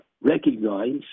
recognize